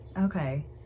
Okay